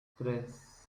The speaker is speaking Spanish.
tres